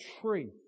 tree